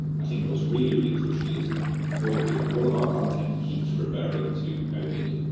i think what's really really crucial is if all if all of our content keeps referring to covid,